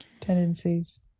tendencies